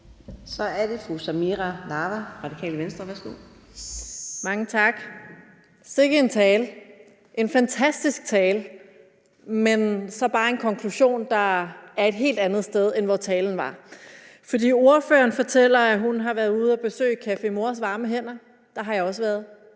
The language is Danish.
Kl. 15:04 Samira Nawa (RV): Mange tak. Sikke en tale – en fantastisk tale, men så bare med en konklusion, der er et helt andet sted, end hvor talen var. Ordføreren fortæller, at hun har været ude og besøge Café Mors Varme Hænder – der har jeg også været